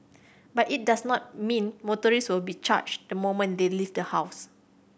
but it does not mean motorist will be charged the moment they leave the house